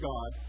God